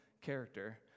character